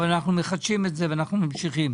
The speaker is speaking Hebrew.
אבל אנחנו מחדשים את זה ואנחנו ממשיכים.